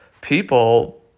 people